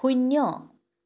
শূন্য